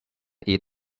eat